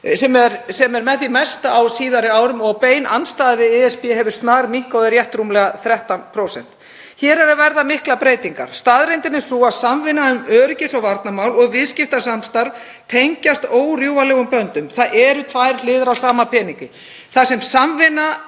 sem er með því mesta á síðari árum. Bein andstaða við ESB hefur snarminnkað um rétt rúmlega 13%. Hér eru að verða miklar breytingar. Staðreyndin er sú að samvinna um öryggis- og varnarmál og viðskiptasamstarf tengjast órjúfanlegum böndum. Þetta eru tvær hliðar á sama peningi. Þar sem ríkir samvinna